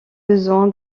besoin